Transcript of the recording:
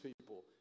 people